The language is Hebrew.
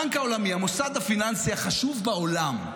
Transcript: הבנק העולמי, המוסד הפיננסי החשוב בעולם,